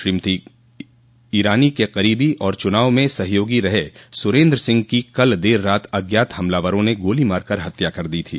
श्रीमती ईरानी के क़रीबी और चुनाव में सहयोगी रहे स़ुरेन्द्र सिंह की कल देर रात अज्ञात हमलावरों ने गोली मारकर हत्या कर दी थी